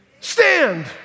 stand